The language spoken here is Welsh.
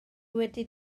wedi